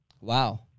Wow